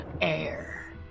air